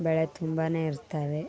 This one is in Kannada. ಬಳೆ ತುಂಬನೆ ಇರ್ತಾವೆ